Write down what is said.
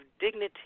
dignity